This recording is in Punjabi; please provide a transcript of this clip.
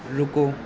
ਰੁਕੋ